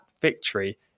victory